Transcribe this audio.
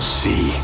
see